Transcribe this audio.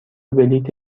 بلیط